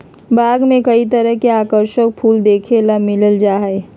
बाग में कई तरह के आकर्षक फूल देखे ला मिल जा हई